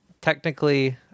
technically